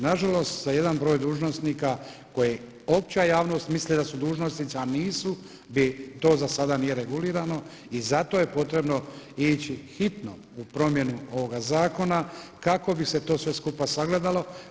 Nažalost za jedan broj dužnosnika za koje opća javnost misli da su dužnosnici a nisu bi, to za sada nije regulirano i zato je potrebno ići hitno u promjenu ovoga zakona kako bi se to sve skupa sagledalo.